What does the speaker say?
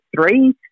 three